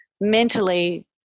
mentally